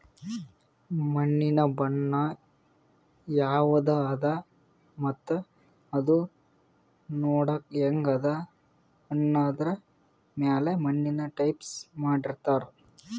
ಮಣ್ಣಿನ್ ಬಣ್ಣ ಯವದ್ ಅದಾ ಮತ್ತ್ ಅದೂ ನೋಡಕ್ಕ್ ಹೆಂಗ್ ಅದಾ ಅನ್ನದರ್ ಮ್ಯಾಲ್ ಮಣ್ಣಿನ್ ಟೈಪ್ಸ್ ಮಾಡಿರ್ತಾರ್